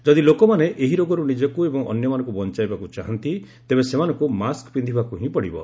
ଯଦି ଲୋକମାନେ ଏହି ରୋଗରୁ ନିଜକୁ ଏବଂ ଅନ୍ୟମାନଙ୍କୁ ବଞ୍ଚାଇବାକୁ ଚାହାନ୍ତି ତେବେ ସେମାନଙ୍କୁ ମାସ୍କ ପିକ୍ଷିବାକୁ ହିଁ ପଡ଼ିବ